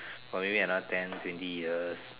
for maybe another ten twenty years